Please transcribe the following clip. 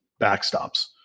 backstops